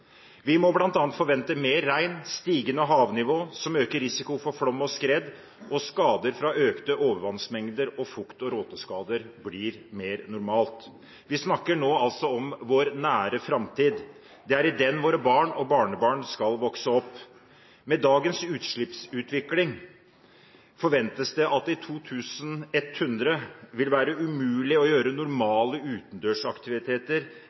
Vi må bl.a. forvente mer regn og stigende havnivå, som øker risikoen for flom og skred, og skader fra økte overvannsmengder og fukt- og råteskader blir mer normalt. Vi snakker nå altså om vår nære framtid. Det er i den våre barn og barnebarn skal vokse opp. Med dagens utslippsutvikling forventes det at det i 2100 vil være umulig å gjøre